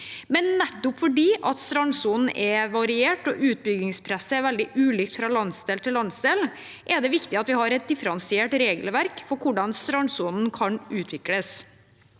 Nettopp fordi strandsonen er variert og utbyggingspresset er veldig ulikt fra landsdel til landsdel, er det viktig at vi har et differensiert regelverk for hvordan strandsonen kan utvikles.